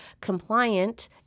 compliant